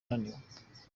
unaniwe